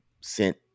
sent